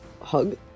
hug